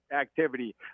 activity